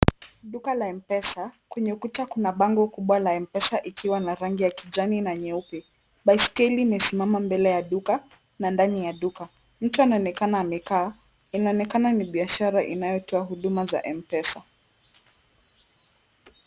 Duka la Mpesa. Kwenye ukuta kuna bango kubwa la Mpesa ikiwa na rangi ya kijani na nyeupe. Baiskeli imesimama mbele ya duka na ndani ya duka. Mtu anaonekana amekaa. Inaonekana ni biashara inayotoa huduma za Mpesa.